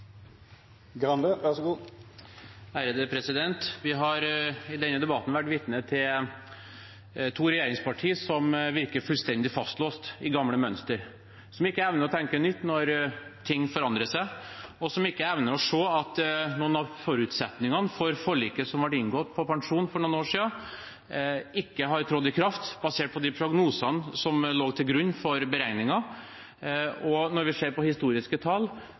Vi har i denne debatten vært vitne til to regjeringspartier som virker fullstendig fastlåst i gamle mønstre, som ikke evner å tenke nytt når ting forandrer seg, og som ikke evner å se at noen av forutsetningene for pensjonsforliket som ble inngått for noen år siden, ikke har trådt i kraft, basert på de prognosene som lå til grunn for beregningen, og når vi ser på historiske tall,